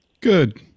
Good